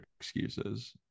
excuses